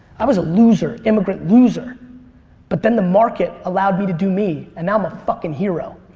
i was a loser, immigrant loser but then the market allowed me to do me and now i'm a fucking hero.